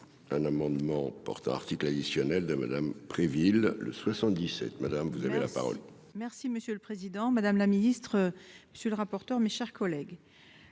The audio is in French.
un amendement portant article additionnel de Madame Préville le 77, madame, vous avez la parole. Merci monsieur le président, madame la ministre, monsieur le rapporteur, mes chers collègues,